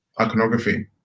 iconography